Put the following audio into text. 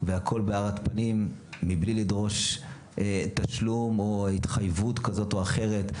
והכל בהארת פנים מבלי לדרוש תשלום או התחייבות כזאת או אחרת,